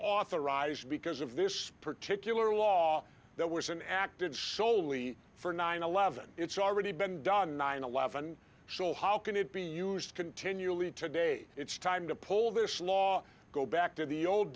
authorized because of this particular law that was an act of sholay for nine eleven it's already been done in eleven sure how can it be used continually today it's time to pull this law go back to the old